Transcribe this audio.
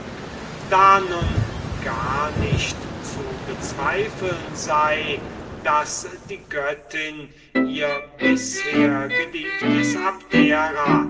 da nun gar nicht zu bezweifeln sei daß die göttin ihr bisher geliebtes abdera